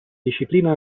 disciplina